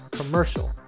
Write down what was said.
commercial